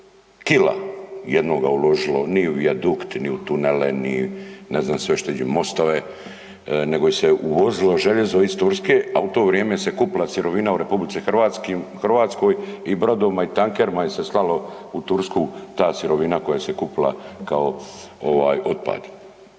kila jednoga uložila ni u vijadukt, ni u tunele, ne znam sve šta iđe, mostove, nego s je uvozilo željezno iz Turske, a u to vrijeme se kupila sirovina u RH i brodovima i tankerima je se slalo u Tursku ta sirovina koja se kupila kao ovaj